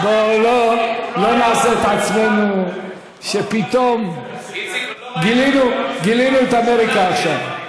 בואו לא נעשה את עצמנו שפתאום גילינו את אמריקה עכשיו.